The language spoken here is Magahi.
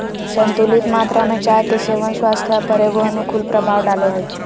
संतुलित मात्रा में चाय के सेवन स्वास्थ्य पर एगो अनुकूल प्रभाव डालो हइ